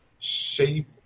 shape